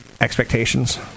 expectations